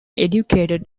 educated